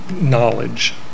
knowledge